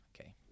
okay